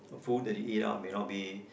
food that you eat out may not be